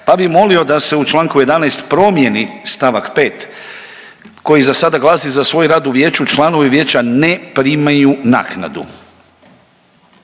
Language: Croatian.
pa bi molio da se u čl. 11 promijeni st. 5 koji za sada glasi, za svoj rad u vijeću članovi vijeća ne primaju naknadu.